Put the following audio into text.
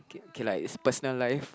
K lah is personal life